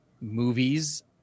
movies